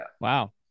Wow